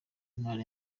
ntara